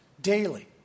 daily